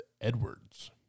Edwards